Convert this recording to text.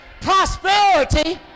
prosperity